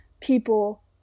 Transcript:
people